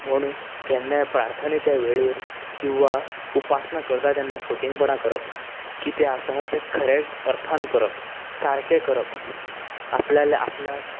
म्हूण केन्नाय प्रार्थनेच्या वेळेर किंवां उपासनां करता तेन्ना फटिंगपणां करप ना कितें आसा तें खरें अर्थान करप सारकें करप आपल्यालें आपल्याक